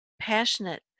passionate